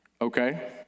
Okay